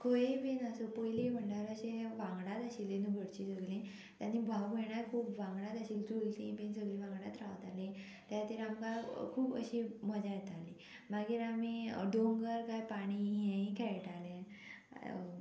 खंय बीन आसूं पयलीं म्हणल्यार अशें वांगडाच आशिल्लें न्हू घरचीं सगळीं तांणी भाव म्हणाय खूब वांगडाच आशिल्ली चुलती बीन सगळीं वांगडात रावतालीं त्यार आमकां खूब अशी मजा येताली मागीर आमी दोंगर कांय पाणी हेंय खेळटाले